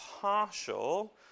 partial